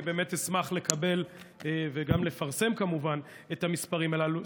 ואני באמת אשמח לקבל וגם לפרסם כמובן את המספרים הללו.